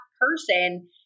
person